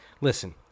listen